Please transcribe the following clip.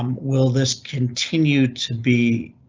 um will this continue to be?